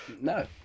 No